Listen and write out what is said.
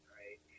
right